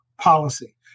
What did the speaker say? policy